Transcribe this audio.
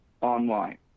online